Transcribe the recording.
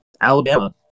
Alabama